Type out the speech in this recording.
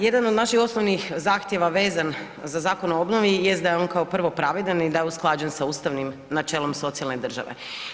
Jedan od naših osnovnih zahtjeva vezan za Zakon o obnovi jest da je on kao prvo, pravedan i da je usklađen sa ustavnim načelom socijalne države.